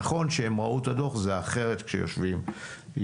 נכון שהם ראו את הדוח אבל זה אחרת כשיושבים יחד.